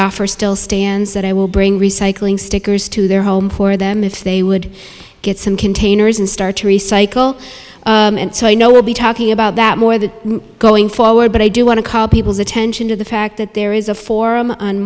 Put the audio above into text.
offer still stands that i will bring recycling stickers to their home for them if they would get some containers and start to recycle and so i know we'll be talking about that more than going forward but i do want to call people's attention to the fact that there is a forum on